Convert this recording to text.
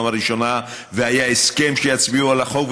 הראשונה והיה הסכם שיצביעו על החוק,